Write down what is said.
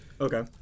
okay